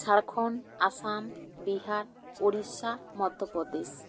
Jharkhand Assam Bihar Odisha Madhya Pradesh